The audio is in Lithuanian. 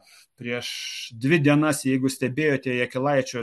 prieš dvi dienas jeigu stebėjote jakilaičio